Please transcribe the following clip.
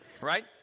Right